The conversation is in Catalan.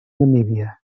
namíbia